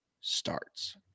starts